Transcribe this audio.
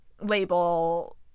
label